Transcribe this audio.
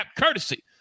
courtesy